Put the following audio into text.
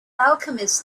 alchemist